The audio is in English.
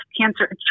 cancer